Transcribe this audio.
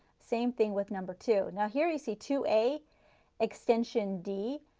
same thing with number two. now here you see two a extension d.